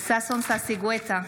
ששון ששי גואטה,